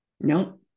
Nope